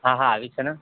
હાં હાં આવ્યું છે ને